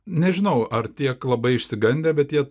nežinau ar tiek labai išsigandę bet jie